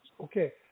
Okay